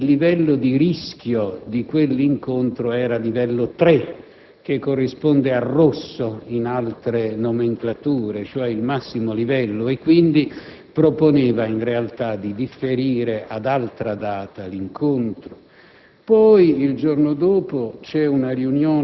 che nelle condizioni date il livello di rischio di quell'incontro era pari al livello 3 - che corrisponde al rosso di altre nomenclature, cioè il massimo livello - e quindi proponeva di differire ad altra data l'incontro.